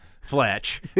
Fletch